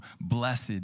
blessed